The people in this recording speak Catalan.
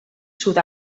sud